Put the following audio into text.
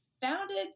founded